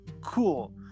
cool